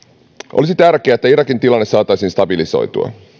olisi tärkeää että irakin tilanne saataisiin stabilisoitua